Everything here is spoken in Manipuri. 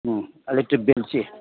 ꯎꯝ ꯏꯂꯦꯛꯇ꯭ꯔꯤꯛ ꯕꯤꯜꯁꯤ